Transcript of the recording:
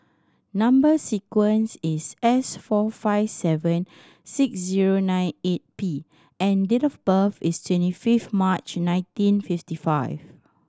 number sequence is S four five seven six zero nine eight P and date of birth is twenty five March nineteen fifty five